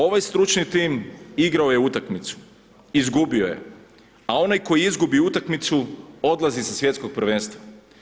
Ovaj stručni tim igrao je utakmicu, izgubio je, a onaj koji izgubi utakmicu, odlazi sa Svjetskog prvenstva.